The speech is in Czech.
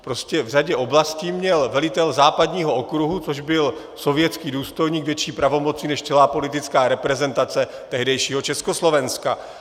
Prostě v řadě oblastí měl velitel západního okruhu, což byl sovětský důstojník, větší pravomoci než celá politická reprezentace tehdejšího Československa.